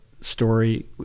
story